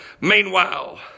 meanwhile